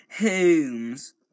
Holmes